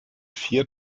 vier